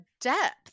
depth